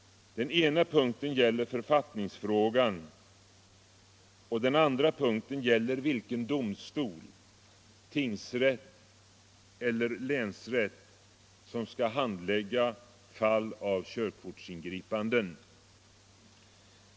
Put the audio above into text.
Den ena punkten gäller författningsfrågan och den andra vilken domstol — tingsrätt eller länsrätt —- som skall handlägga fall av körkortsingripanden.